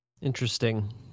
Interesting